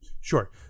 Sure